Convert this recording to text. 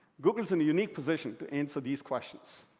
google is in a unique position to answer these questions.